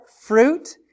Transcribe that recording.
fruit